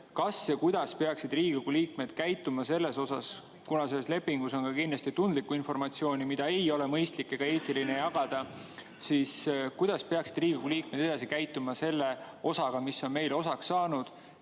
kas ja kuidas peaksid Riigikogu liikmed käituma selles suhtes? Kuna selles lepingus on kindlasti tundlikku informatsiooni, mida ei ole mõistlik ega eetiline jagada, siis kuidas peaksid Riigikogu liikmed edasi käituma sellega, mis on meile osaks saanud?